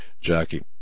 Jackie